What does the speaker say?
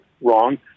wrong